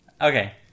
Okay